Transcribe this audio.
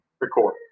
record